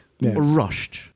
rushed